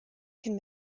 can